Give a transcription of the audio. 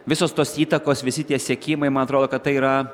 visos tos įtakos visi tie sekimai man atrodo kad tai yra